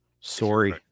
sorry